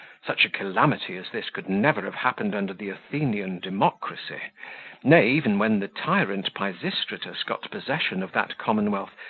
such a calamity as this could never have happened under the athenian democracy nay, even when the tyrant pisistratus got possession of that commonwealth,